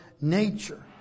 nature